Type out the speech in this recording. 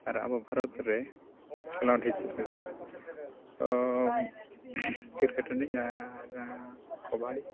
ᱟᱨ ᱟᱵᱚ ᱵᱷᱟᱨᱚᱛ ᱨᱮ ᱠᱷᱮᱞᱳᱰ ᱦᱤᱥᱟᱹᱵᱽ ᱛᱮᱫᱚ ᱛᱚ ᱟᱨ ᱠᱚᱵᱟᱰᱤ